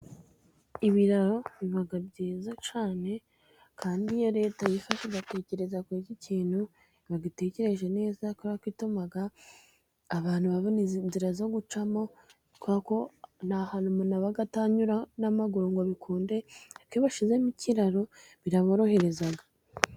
Ibiraro biba byiza cyane , kandi iyo Leta yifashe igatekereza kuri ikintu iba itekereje neza, kuko ituma abantu babona inzira yo gucamo, kubera ko ni ahantu umuntu aba atanyura n'amaguru ngo bikundeke, ariko iyo bashyizemo ikiraro biraborohereza.